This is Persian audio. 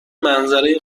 منظره